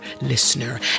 listener